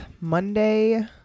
Monday